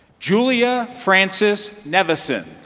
julia frances neveson